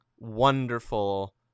wonderful